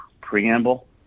preamble